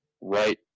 right